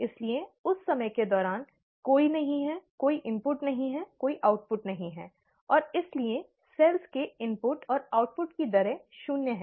इसलिए उस समय के दौरान कोई नहीं है कोई इनपुट नहीं हैं कोई आउटपुट नहीं हैं और इसलिए कोशिकाओं के इनपुट और आउटपुट की दरें शून्य हैं